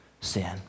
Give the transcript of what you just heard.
sin